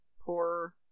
Poor